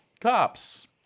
cops